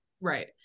Right